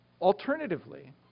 Alternatively